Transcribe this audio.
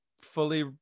fully